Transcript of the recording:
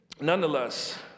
Nonetheless